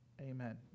Amen